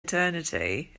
eternity